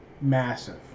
massive